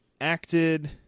acted